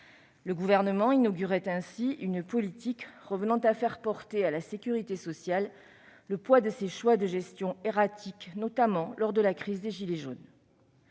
Le Gouvernement a ainsi inauguré une politique revenant à faire supporter par la sécurité sociale le poids de ses choix de gestion erratiques, notamment lors de la crise des gilets jaunes.